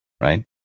Right